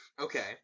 okay